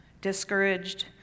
discouraged